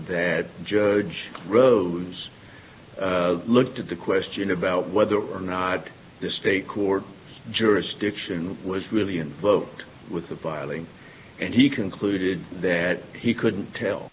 that judge rhodes looked at the question about whether or not the state court jurisdiction was really in love with the filing and he concluded that he couldn't tell